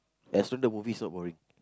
as long the movie is not boring